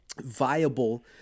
viable